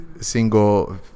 single